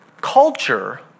culture